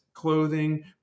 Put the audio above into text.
clothing